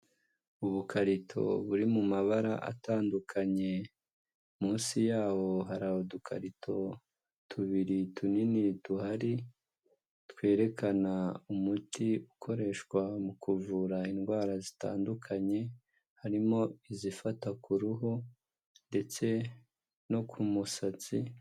Ubukarito buri mu mabara atandukanye, munsi yaho hari udukarito tubiri tunini duhari, twerekana umuti ukoreshwa mu kuvura indwara zitandukanye, harimo izifata ku ruhu ndetse no ku musatsi.